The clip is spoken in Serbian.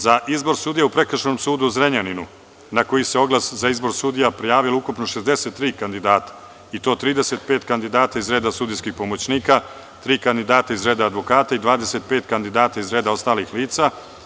Za izbor sudija u Prekršajnom sudu u Zrenjaninu, na koji se oglas za izbor sudija prijavilo ukupno 63 kandidata i to 35 kandidata iz reda sudijskih pomoćnika, tri kandidata iz reda advokata i 25 kandidata iz reda ostalih lica.